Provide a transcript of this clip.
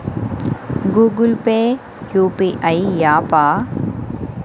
Google Pay UPI య్యాపా?